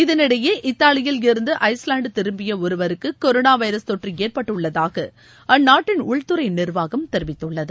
இதனிடையே இத்தாலியிலிருந்து ஐஸ்லேண்ட் திரும்பிய ஒருவருக்கு கொரோனா வைரஸ் தொற்று ஏற்பட்டுள்ளதாக அந்நாட்டின் உள்துறை நிர்வாகம் தெரிவித்துள்ளது